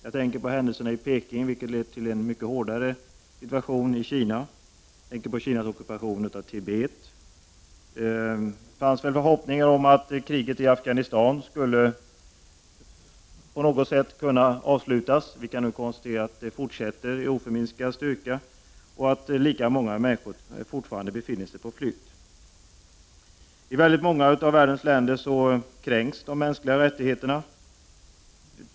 Jag tänker på händelserna i Peking, som lett till en mycket hårdare situation i Kina och på Kinas ockupation av Tibet. Det fanns väl förhoppningar om att kriget i Afghanistan på något sätt skulle kunna avslutas. Det fortsätter nu med oförminskad styrka och lika många människor befinner sig fortfarande på flykt. I väldigt många av världens länder kränks de mänskliga rättigheterna.